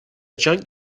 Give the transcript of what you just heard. junk